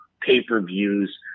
pay-per-views